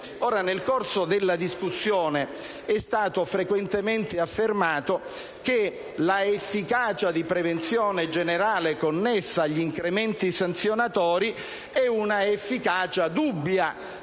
Nel corso della discussione, è stato frequentemente affermato che l'efficacia di prevenzione generale connessa agli incrementi sanzionatori è dubbia,